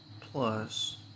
plus